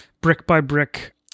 brick-by-brick